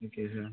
okay sir